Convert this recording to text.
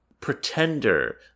pretender